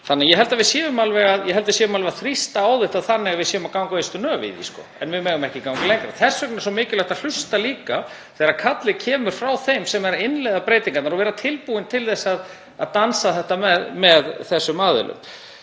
Ég held að við séum alveg að þrýsta á þetta þannig að við séum að ganga út á ystu nöf í því, en við megum ekki ganga lengra en það. Þess vegna er svo mikilvægt að hlusta þegar kallið kemur frá þeim sem eru að innleiða breytingarnar og vera tilbúin til þess að dansa þetta með þeim aðilum.